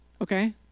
okay